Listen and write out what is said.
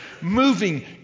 moving